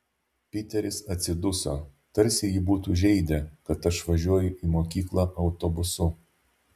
piteris atsiduso tarsi jį būtų žeidę kad aš važiuoju į mokyklą autobusu